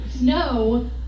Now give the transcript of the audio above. No